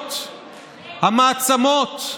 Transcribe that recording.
בציפיות המעצמות,